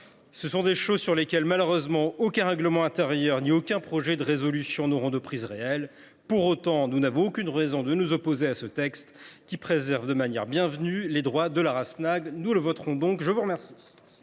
Ce sont des choses sur lesquelles, malheureusement, aucun règlement intérieur ou aucun projet de résolution n’aura de prise réelle. Pour autant, nous n’avons aucune raison de nous opposer à ce texte, qui préserve de manière bienvenue les droits de la Rasnag. Nous le voterons donc. La parole